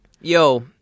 yo